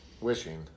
wishing